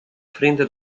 frente